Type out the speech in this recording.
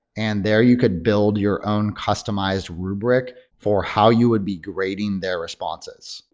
and there you could build your own customized rubric for how you would be grading their responses.